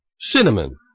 cinnamon